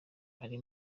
iri